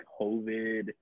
COVID